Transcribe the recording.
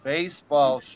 Baseball